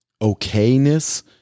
okayness